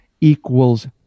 equals